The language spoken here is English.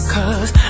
Cause